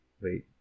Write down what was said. wait